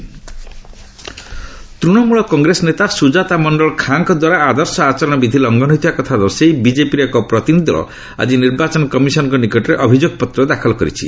ଅଭିଯୋଗପତ୍ର ଦାଖଲ ତୂଣମୂଳ କଂଗ୍ରେସ ନେତା ସୁଜାତା ମଣ୍ଡଳ ଖାଁଙ୍କ ଦ୍ୱାରା ଆଦର୍ଶ ଆଚରଣବିଧି ଲଙ୍ଘନ ହୋଇଥିବା କଥା ଦର୍ଶାଇ ବିଜେପିର ଏକ ପ୍ରତିନିଧି ଦଳ ଆଜି ନିର୍ବାଚନ କମିଶନ୍ଙ୍କ ନିକଟରେ ଅଭିଯୋଗପତ୍ର ଦାଖଲ କରିଛି